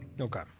Okay